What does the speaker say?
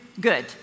good